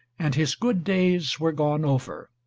and his good days were gone over.